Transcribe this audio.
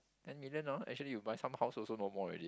ten million hor actually you buy some house also no more already